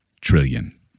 trillion